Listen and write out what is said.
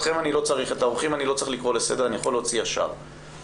את האורחים אני לא צריך לקרוא לסדר אלא אני יכול להוציא בלי זה.